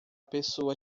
pessoa